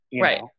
Right